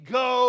go